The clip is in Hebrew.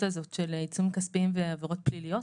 הזאת של עיצומים כספיים ועבירות פליליות.